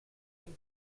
amb